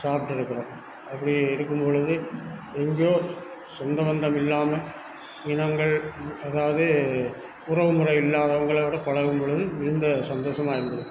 சாப்பிட்ருக்குறோம் அப்படி இருக்கும் பொழுது எங்கேயோ சொந்தபந்தம் இல்லாமல் இனங்கள் அதாவது உறவு முறை இல்லாதவங்களோடு பழகும் பொழுது மிகுந்த சந்தோஷமா இருந்தது